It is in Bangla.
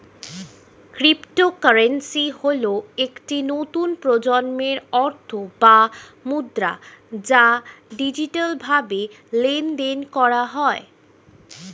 ক্রিপ্টোকারেন্সি হল একটি নতুন প্রজন্মের অর্থ বা মুদ্রা যা ডিজিটালভাবে লেনদেন করা হয়